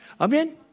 Amen